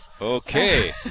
Okay